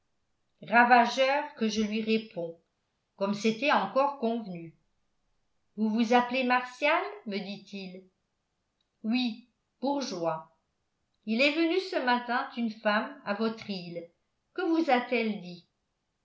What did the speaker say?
ravageur que je lui réponds comme c'était encore convenu vous vous appelez martial me dit-il oui bourgeois il est venu ce matin une femme à votre île que vous a-t-elle dit